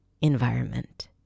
environment